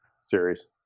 series